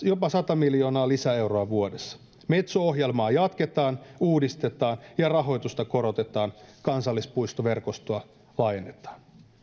jopa sata miljoonaa lisäeuroa vuodessa metso ohjelmaa jatketaan uudistetaan ja rahoitusta korotetaan kansallispuistoverkostoa laajennetaan